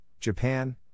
Japan